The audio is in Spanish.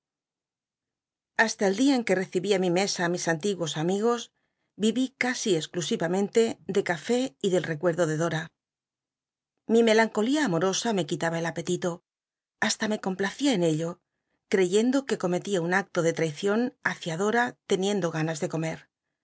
ijasla el dia en c ue t'ccibí i mi mesa i mis antiguos amigos yí í casi cxclusi'amenle de café y biblioteca nacional de españa david copperfield del recuerdo de dora mi melancolía amorosa me c uitaba el apetito llasta me complacia en ello creyendo c ue comctia un acto de trai ion h icia dora teniendo ganas de co